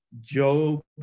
Job